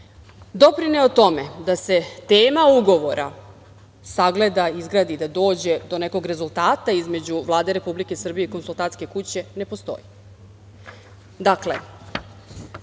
doprineo tome da se tema ugovora sagleda, izgradi, da dođe do nekog rezultata između Vlade Republike Srbije i konsultantske kuće ne postoji. Dakle,